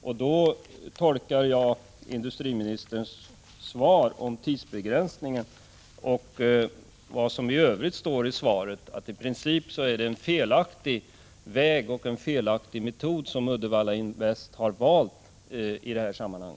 Jag tolkar industriministerns svar — bl.a. det som sägs om tidsbegränsningen —så, att det i princip är en felaktig väg och en felaktig metod som Uddevalla Invest har valt i detta sammanhang.